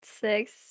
six